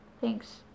thanks